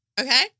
Okay